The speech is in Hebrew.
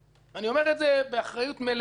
אני אומר זאת באחריות מלאה.